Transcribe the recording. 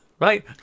right